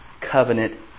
covenant